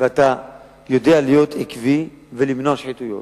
ואתה יודע להיות עקבי ולמנוע שחיתויות.